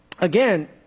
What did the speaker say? again